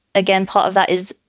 again, part of that is,